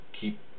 keep